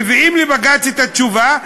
מביאים לבג"ץ את התשובה,